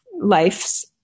life's